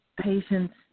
patients